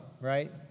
right